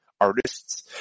Artists